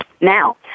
Now